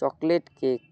chocolate cake